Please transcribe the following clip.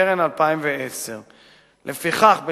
לקרן 2010. לפיכך,